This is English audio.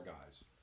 guys